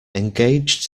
engaged